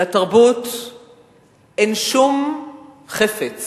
לתרבות אין שום חפץ